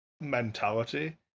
mentality